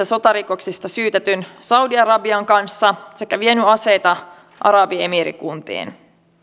sotarikoksista syytetyn saudi arabian kanssa sekä vienyt aseita arabiemiirikuntiin